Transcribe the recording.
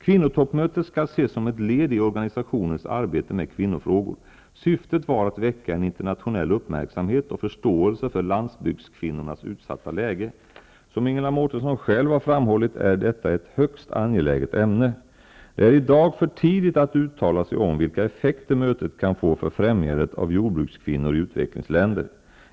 Kvinnotoppmötet skall ses som ett led i organisationens arbete med kvinno frågor. Syftet var att väcka en internationell uppmärksamhet och förståelse för landsbygdskvinnornas utsatta läge. Som Ingela Mårtensson själv har framhållit är detta ett högst angeläget ämne. Det är i dag för tidigt att uttala sig om vilka effekter mötet kan få för främjan det av jordbrukskvinnor i utvecklingsländer.